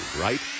right